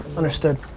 understood.